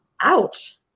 Ouch